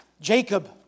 Jacob